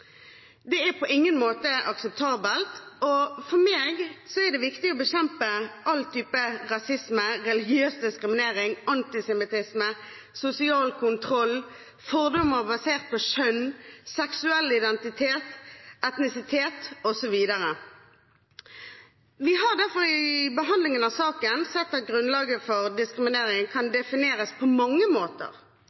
Det er på ingen måte akseptabelt, og for meg er det viktig å bekjempe all type rasisme, religiøs diskriminering, antisemittisme, sosial kontroll, fordommer basert på kjønn, seksuell identitet, etnisitet osv. Vi har derfor i behandlingen av saken sett at grunnlaget for diskriminering kan defineres på mange måter,